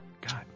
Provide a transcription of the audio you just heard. God